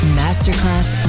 masterclass